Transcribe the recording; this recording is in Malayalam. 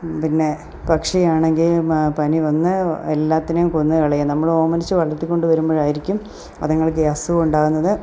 പിന്നെ പക്ഷിയാണെങ്കിൽ പനി വന്ന് എല്ലാത്തിനെയും കൊന്നു കളയും നമ്മളോമനിച്ചു വളർത്തിക്കൊണ്ട് വരുമ്പോഴായിരിക്കും അതിങ്ങൾക്കീ അസുഖം ഉണ്ടാകുന്നത്